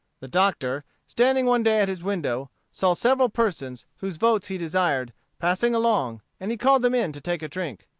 the doctor, standing one day at his window, saw several persons, whose votes he desired, passing along, and he called them in to take a drink.